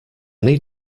need